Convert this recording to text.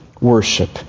worship